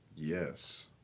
Yes